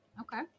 Okay